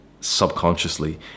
subconsciously